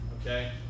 okay